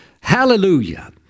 Hallelujah